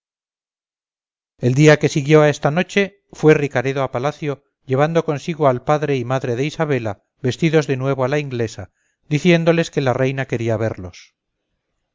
el día que siguió a esta noche fue ricaredo a palacio llevando consigo al padre y madre de isabela vestidos de nuevo a la inglesa diciéndoles que la reina quería verlos